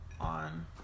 on